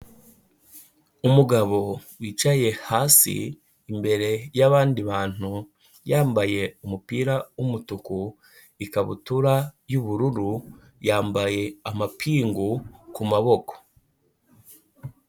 Umugabo wicaye hasi imbere y'abandi bantu yambaye umupira w'umutuku ikabutura y'ubururu yambaye amapingu ku maboko.